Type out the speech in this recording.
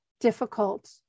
difficult